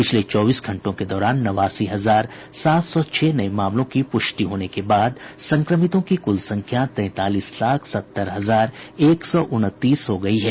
पिछले चौबीस घंटों के दौरान नवासी हजार सात सौ छह नए मामलों की प्रष्टि होने के बाद संक्रमितों की कुल संख्या तैंतालीस लाख सत्तर हजार एक सौ उनतीस हो गई है